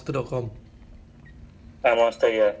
very pushy ah so like